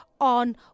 on